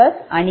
5 0